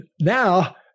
Now